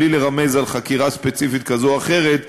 בלי לרמז על חקירה ספציפית כזאת או אחרת,